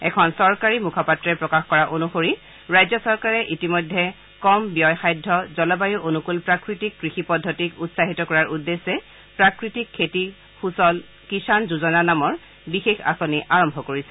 এখন চৰকাৰী মুখপাত্ৰই প্ৰকাশ কৰা অনুসৰি ৰাজ্য চৰকাৰে ইতিমধ্যে কম ব্যয় সাধ্য জলবায়ু অনুকুল প্ৰাকৃতিক কৃষি পদ্ধতিক উৎসাহিত কৰাৰ উদ্দেশ্যে প্ৰাকৃতিক খেতি সুচল কিষাণ যোজনা নামৰ বিশেষ আঁচনি আৰম্ভ কৰিছে